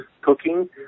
cooking